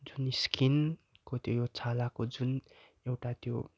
जुन स्किनको त्यो छालाको जुन एउटा त्यो